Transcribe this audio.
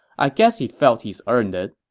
i guess he felt he's earned it